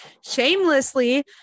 shamelessly